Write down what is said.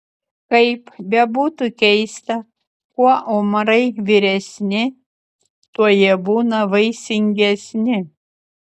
kaip bebūtų keista kuo omarai vyresni tuo jie būna vaisingesni